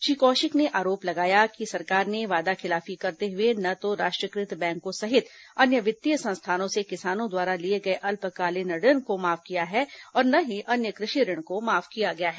श्री कौशिक ने आरोप लगाया कि सरकार ने वादाखिलाफी करते हुए न तो राष्ट्रीयकृत बैंकों सहित अन्य वित्तीय संस्थानों से किसानों द्वारा लिए गए अल्पकालीन ऋण को माफ किया है और न ही अन्य कृषि ऋण को माफ किया गया है